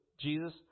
Jesus